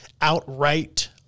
outright